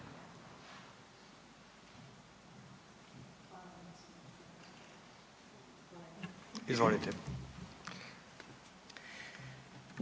Izvolite.